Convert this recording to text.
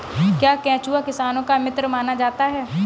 क्या केंचुआ किसानों का मित्र माना जाता है?